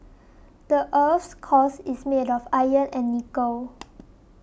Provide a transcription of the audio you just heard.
the earth's cores is made of iron and nickel